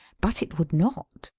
but it would not.